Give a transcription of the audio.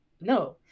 no